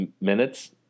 minutes